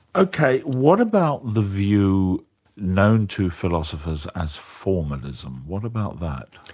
ok, what about the view known to philosophers as formalism, what about that?